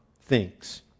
thinks